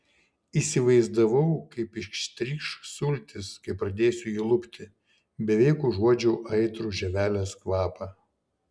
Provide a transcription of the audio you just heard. įsivaizdavau kaip ištrykš sultys kai pradėsiu jį lupti beveik užuodžiau aitrų žievelės kvapą